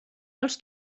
els